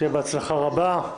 שיהיה בהצלחה רבה.